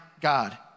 God